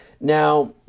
Now